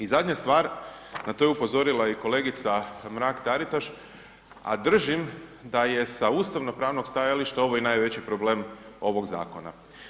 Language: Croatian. I zadnja stvar, na to je upozorila i kolegica Mrak Taritaš, a držim da je sa ustavno-pravnog stajališta ovo i najveći problem ovog zakona.